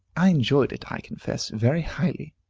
i enjoy it, i confess, very highly.